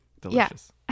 Delicious